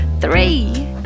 three